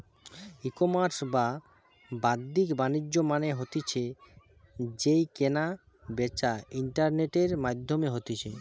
ecommerce বা বাদ্দিক বাণিজ্য মানে হতিছে যেই কেনা বেচা ইন্টারনেটের মাধ্যমে হতিছে